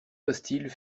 hostiles